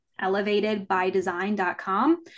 elevatedbydesign.com